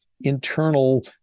internal